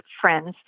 friends